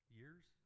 years